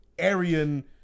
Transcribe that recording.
Aryan